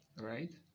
right